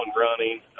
running